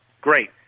great